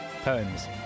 Poems